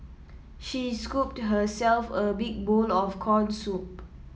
she scooped herself a big bowl of corn soup